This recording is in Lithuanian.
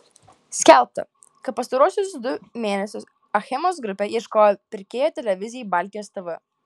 skelbta kad pastaruosius du mėnesius achemos grupė ieškojo pirkėjo televizijai baltijos tv